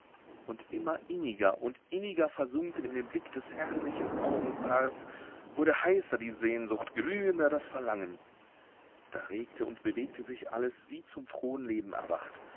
und immer inniger und inniger versunken in den blick des herrlichen augenpaars wurde heißer die sehnsucht glühender das verlangen da regte und bewegte sich alles wie zum frohen leben erwacht